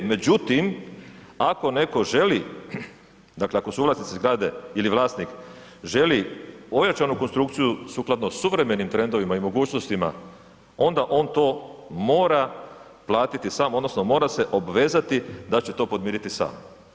Međutim, ako neko želi, dakle ako suvlasnici zgrade ili vlasnik želi ojačanu konstrukciju sukladno suvremenim trendovima i mogućnostima onda on to mora platiti sam odnosno mora se obvezati da će to podmiriti sam.